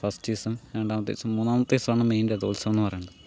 first ദിവസം രണ്ടാമത്തെ ദിവസം മൂന്നാമത്തെ ദിവസമാണ് മെയിൻ രഥോത്സവമെന്നു പറയുന്നത്